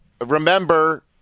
remember –